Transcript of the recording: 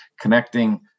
connecting